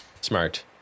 Smart